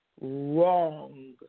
wrong